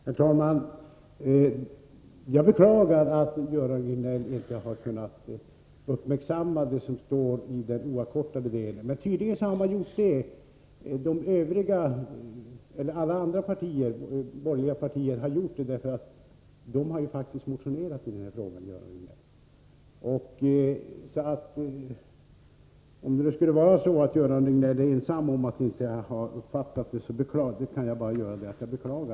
Herr talman! Jag beklagar att Göran Riegnell inte har uppmärksammat det som står i den oavkortade delen. Tydligen har alla andra borgerliga partier gjort det, för de har faktiskt motionerat i denna fråga. Om det skulle vara så att Göran Riegnell är ensam om att inte ha uppfattat detta, kan jag bara beklaga.